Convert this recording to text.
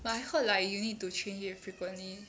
but I heard like you need to change it frequently